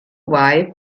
wife